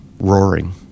roaring